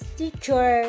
teacher